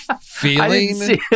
feeling